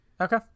okay